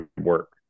work